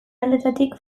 aldeetatik